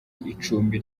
icumbi